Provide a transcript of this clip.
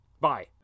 Bye